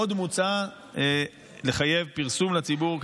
עוד מוצע לחייב פרסום לציבור,